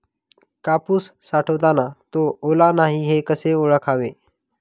कापूस साठवताना तो ओला नाही हे कसे ओळखावे?